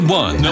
one